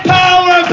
power